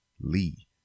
Lee